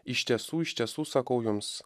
iš tiesų iš tiesų sakau jums